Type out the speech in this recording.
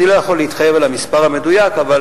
אני לא יכול להתחייב על המספר המדויק, אבל